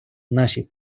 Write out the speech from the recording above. наші